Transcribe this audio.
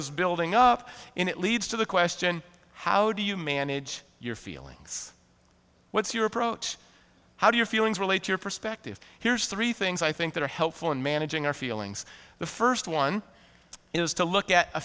is building up in it leads to the question how do you manage your feelings what's your approach how do your feelings relate to your perspective here's three things i think that are helpful in managing our feelings the first one is to look at a